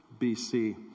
bc